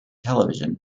television